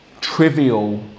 trivial